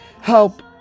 help